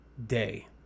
day